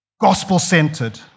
gospel-centered